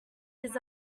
his